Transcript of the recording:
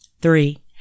Three